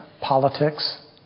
politics